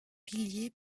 pilier